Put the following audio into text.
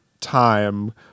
time